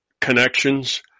connections